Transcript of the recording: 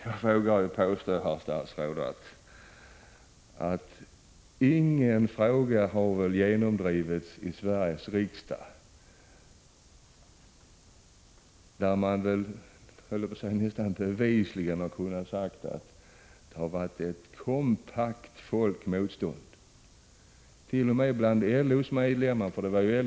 Jag vågar påstå, herr statsråd, att det inte finns någon annan fråga som har genomdrivits i Sveriges riksdag där man nästan bevisligen har kunna säga att det har varit ett kompakt folkmotstånd. T. o. m. bland LO:s medlemmar var motståndet stort.